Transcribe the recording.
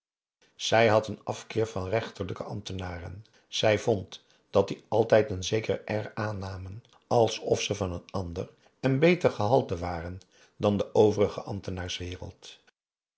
zij had een afkeer van rechterlijke ambtenaren zij vond dat die altijd een zeker air aannamen alsof ze van n ander en beter gehalte waren dan de overige ambtenaarswereld